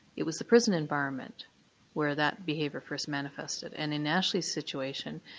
it was the prison environment where that behaviour first manifested. and in ashley's situation,